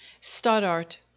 Stoddart